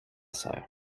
sœur